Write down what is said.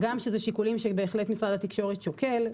הגם שזה שיקולים בהחלט משרד התקשורת שוקל,